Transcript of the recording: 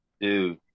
Dude